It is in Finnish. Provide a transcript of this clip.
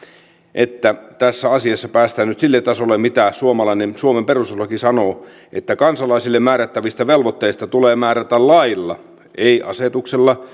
että tässä asiassa päästään nyt sille tasolle mitä suomen perustuslaki sanoo kansalaisille määrättävistä velvoitteista tulee määrätä lailla ei asetuksella